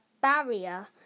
barrier